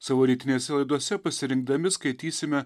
savo rytinėse laidose pasirinkdami skaitysime